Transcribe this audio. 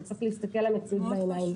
וצריך להסתכל למציאות בעיניים.